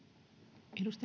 arvoisa